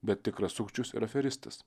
bet tikras sukčius ir aferistas